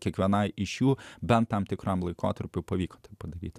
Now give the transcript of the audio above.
kiekvienai iš jų bent tam tikram laikotarpiui pavykti padaryti